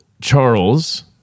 Charles